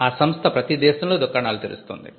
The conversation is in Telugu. ఆ సంస్థ ప్రతీ దేశంలో దుకాణాలు తెరుస్తుంది